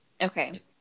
Okay